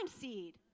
seed